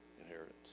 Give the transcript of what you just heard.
inheritance